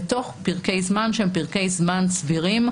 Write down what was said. בתוך פרקי זמן שהם פרקי זמן סבירים,